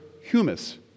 humus